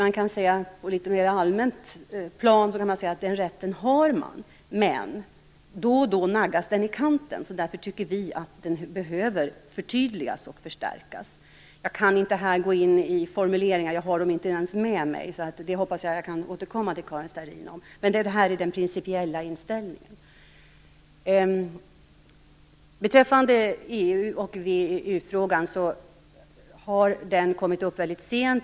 På ett litet mera allmänt plan kan man säga att den rätten finns, men då och då naggas den i kanten. Därför tycker vi att den behöver förtydligas och förstärkas. Jag kan inte här gå in på formuleringarna. Jag har dem inte ens med mig, men jag hoppas att jag kan återkomma till Karin Starrin i den frågan. Det här är i varje fall den principiella inställningen. EU-VEU-frågan har kommit upp väldigt sent.